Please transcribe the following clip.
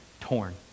torn